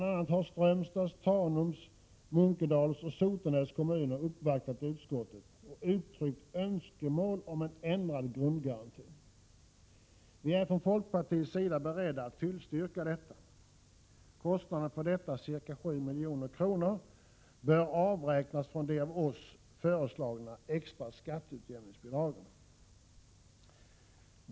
a. har Strömstads, Tanums, Munkedals och Sotenäs kommuner uppvaktat utskottet och uttryckt önskemål om en ändrad grundgaranti. Vi är från folkpartiets sida beredda att tillstyrka detta. Kostnaden för detta, ca 7 milj.kr., bör avräknas från de av oss föreslagna extra skatteutjämningsbidragen.